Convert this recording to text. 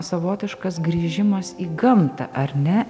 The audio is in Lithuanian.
savotiškas grįžimas į gamtą ar ne